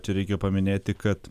čia reikia paminėti kad